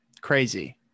crazy